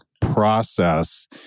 process